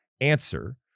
answer